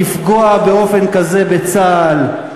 לפגוע באופן כזה בצה"ל,